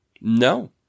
no